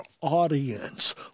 audience